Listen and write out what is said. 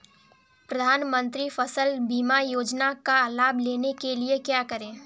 प्रधानमंत्री फसल बीमा योजना का लाभ लेने के लिए क्या करें?